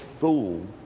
fool